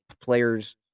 players